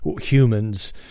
humans